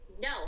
No